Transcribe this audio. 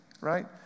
right